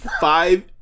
Five